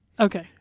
Okay